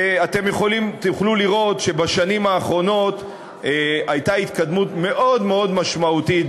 ואתם תוכלו לראות שבשנים האחרונות הייתה התקדמות מאוד מאוד משמעותית,